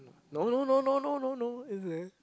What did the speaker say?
no no no no no no no